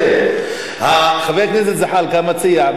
חבר הכנסת זחאלקה מציע,